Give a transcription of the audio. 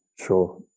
sure